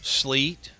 sleet